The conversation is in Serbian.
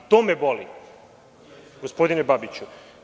To me boli, gospodine Babiću.